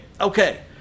Okay